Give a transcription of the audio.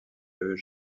eux